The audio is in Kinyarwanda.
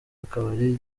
akabari